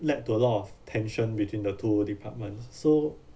led to a lot of tension between the two departments so